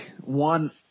one